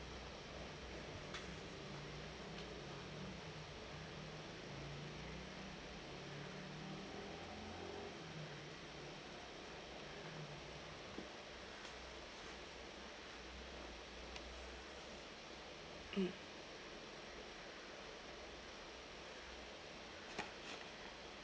mm